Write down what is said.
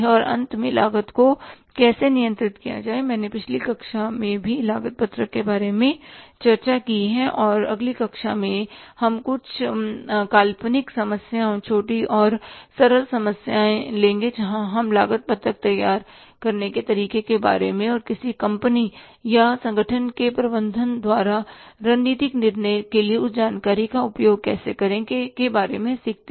और अंत में लागत को कैसे नियंत्रित किया जाए मैंने पिछली कक्षा में भी लागत पत्रक के बारे में चर्चा की है और अगली कक्षा में हमें कुछ काल्पनिक समस्याएं छोटी और सरल समस्याएं लेंगे जहां हम लागत पत्रक तैयार करने के तरीके के बारे में और किसी कंपनी या संगठन के प्रबंधन द्वारा रणनीतिक निर्णय के लिए उस जानकारी का उपयोग कैसे करें के बारे में सीखते हैं